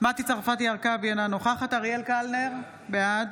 מטי צרפתי הרכבי, אינה נוכחת אריאל קלנר, בעד